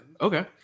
Okay